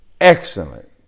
excellent